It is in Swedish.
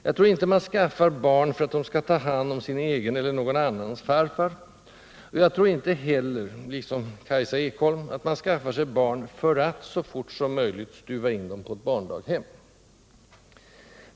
Jag tror inte man skaffar barn för att de skall ta hand om sin egen eller någon annans farfar, och jag tror inte heller — som Kajsa Ekholm —att man skaffar sig barn för att så fort som möjligt själv stuva in dem på ett barndaghem.